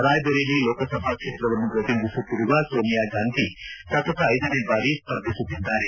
ರಾಯ್ಬರೇಲಿ ಲೋಕಸಭಾ ಕ್ಷೇತ್ರವನ್ನು ಪ್ರತಿನಿಧಿಸುತ್ತಿರುವ ಸೋನಿಯಾ ಗಾಂಧಿ ಸತತ ಐದನೇ ಬಾರಿ ಸ್ಪರ್ಧಿಸುತ್ತಿದ್ದಾರೆ